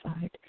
side